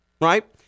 right